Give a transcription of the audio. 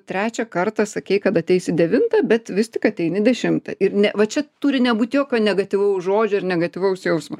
trečią kartą sakei kad ateisi devintą bet vis tik ateini dešimtą ir ne va čia turi nebūt jokio negatyvaus žodžio ir negatyvaus jausmo